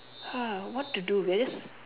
what to do with